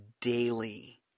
daily